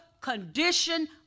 condition